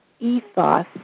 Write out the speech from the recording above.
ethos